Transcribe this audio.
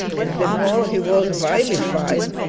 and the more he was vilified,